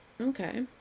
Okay